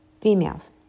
females